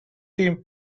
team